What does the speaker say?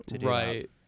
Right